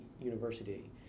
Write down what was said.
university